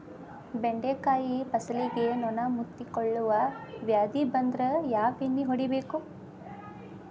ಬೆಂಡೆಕಾಯ ಫಸಲಿಗೆ ನೊಣ ಮುತ್ತಿಕೊಳ್ಳುವ ವ್ಯಾಧಿ ಬಂದ್ರ ಯಾವ ಎಣ್ಣಿ ಹೊಡಿಯಬೇಕು?